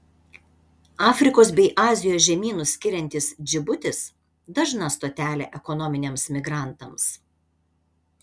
afrikos bei azijos žemynus skiriantis džibutis dažna stotelė ekonominiams migrantams